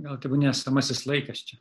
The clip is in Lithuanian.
gal tebūnie esamasis laikas čia